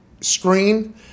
screen